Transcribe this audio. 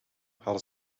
hadden